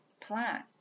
plant